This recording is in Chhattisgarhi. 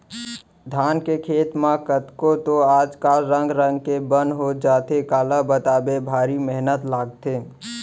धान के खेत म कतको तो आज कल रंग रंग के बन हो जाथे काला बताबे भारी मेहनत लागथे